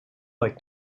like